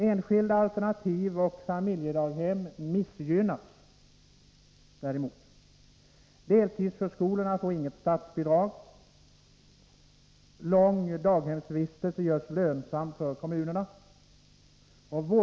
Enskilda alternativ och familjedaghem missgynnas. Lång daghemsvistelse görs lönsam för kommunerna.